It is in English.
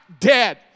dead